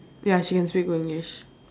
ya she can speak english